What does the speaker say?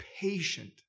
patient